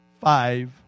five